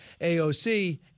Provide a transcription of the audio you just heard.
AOC